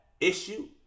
issue